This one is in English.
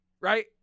Right